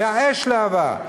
הייתה אש להבה.